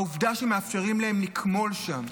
מהעובדה שמאפשרים להם לקמול שם.